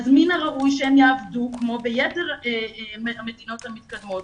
אז מן הראוי שהם יעבדו כמו ביתר המדינות המתקדמות